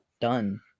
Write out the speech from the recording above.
done